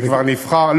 שכבר נבחר.